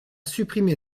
supprimé